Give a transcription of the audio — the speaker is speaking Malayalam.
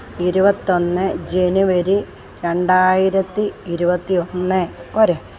ഇരുപത്തൊന്ന് ജനുവരി രണ്ടായിരത്തി ഇരുപത്തി ഒന്ന് പോരെ